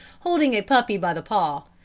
holding a puppy by the paw.